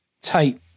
tight